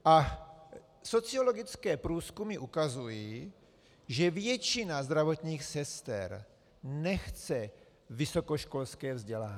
A sociologické průzkumy ukazují, že většina zdravotních sester nechce vysokoškolské vzdělání.